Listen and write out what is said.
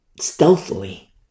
stealthily